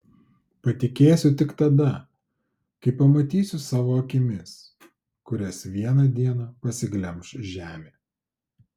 patikėsiu tik tada kai pamatysiu savo akimis kurias vieną dieną pasiglemš žemė